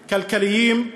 כלכליים,